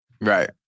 Right